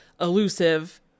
elusive